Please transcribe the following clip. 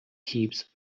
heaps